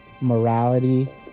morality